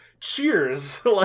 Cheers